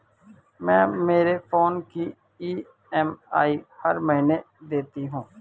मैं मेरे फोन की ई.एम.आई हर महीने देती हूँ